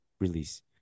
release